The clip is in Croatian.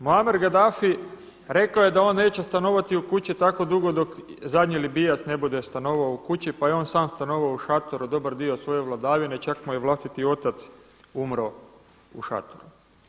Muammar Gaddafi rekao rekao je da on neće stanovati u kući tako dugo dok zadnji Libijac ne bude stanovao u kući pa je i on sam stanovao u šatoru dobar dio svoje vladavine, čak mu je i vlastiti otac umro u šatoru.